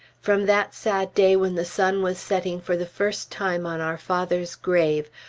from that sad day when the sun was setting for the first time on our father's grave,